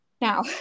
Now